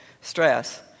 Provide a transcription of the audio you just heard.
stress